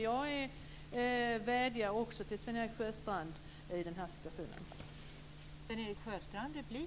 Jag vädjar också till Sven-Erik Sjöstrand i den här situationen.